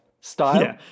style